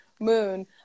moon